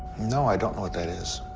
no, i don't know what that is.